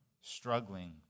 struggling